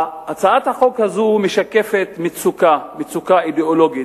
הצעת החוק הזו משקפת מצוקה, מצוקה אידיאולוגית.